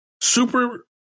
super